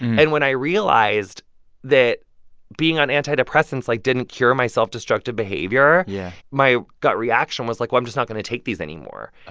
and when i realized that being on antidepressants, like, didn't cure my self-destructive behavior. yeah. my gut reaction was, like, well, i'm just not going to take these anymore. oh.